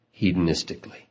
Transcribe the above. hedonistically